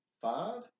five